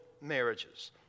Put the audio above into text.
marriages